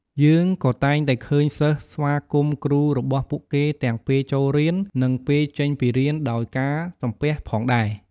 យើងក៏តែងតែឃើញសិស្សស្វាគមន៍គ្រូរបស់ពួកគេទាំងពេលចូលរៀន និងពេលចេញពីរៀនដោយការសំពះផងដែរ។